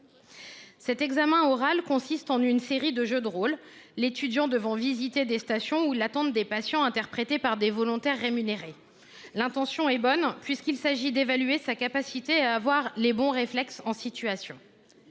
Cet examen oral consiste en une série de jeux de rôle, l’étudiant devant visiter des stations où l’attendent des patients interprétés par des volontaires rémunérés. L’intention est bonne, puisqu’il s’agit d’évaluer sa capacité à avoir les bons réflexes en situation.